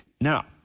Now